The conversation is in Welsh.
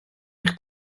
eich